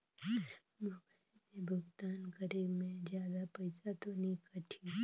Mobile से भुगतान करे मे जादा पईसा तो नि कटही?